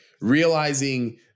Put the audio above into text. realizing